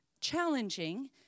challenging